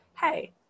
Hey